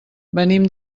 venim